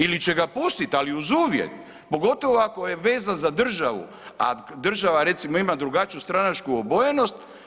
Ili će ga pustiti ali uz uvjet pogotovo ako je vezan za državu, a država recimo ima drugačiju stranačku obojanost.